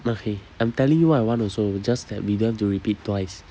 okay I'm telling you what I want also just that we don't have to repeat twice